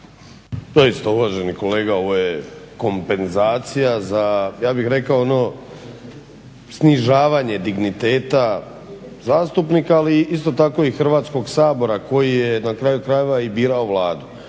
To isto uvaženi kolega ovo je kompenzacija za, ja bih rekao ono snižavanje digniteta zastupnika, ali isto tako i Hrvatskog sabora koji je na kraju krajeva i birao Vladu.